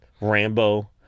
Rambo